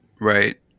right